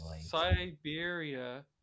Siberia